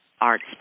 Arts